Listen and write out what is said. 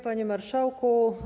Panie Marszałku!